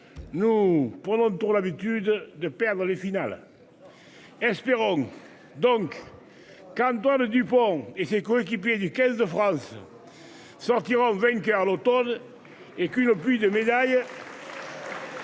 Nous prenons le Tour l'habitude de perdre les finales. Espérons donc. Qu'Antoine Dupont et ses coéquipiers du XV de France. Sortira vainqueur l'Automne. Et qu'une pluie de médailles.